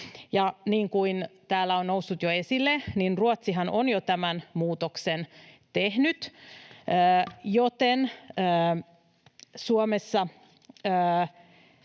kuin täällä on jo noussut esille, Ruotsihan on jo tämän muutoksen tehnyt. Vuoden 23 alussa